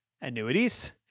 annuities